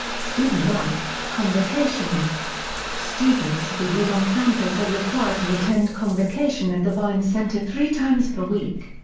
student life convocation students who live on campus are required to attend convocation at the vines center three times per week.